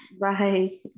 Bye